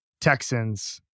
Texans